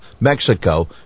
Mexico